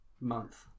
Month